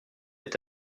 est